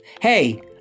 Hey